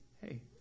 Hey